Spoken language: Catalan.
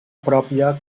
pròpia